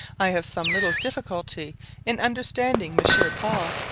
i have some little difficulty in understanding monsieur paul,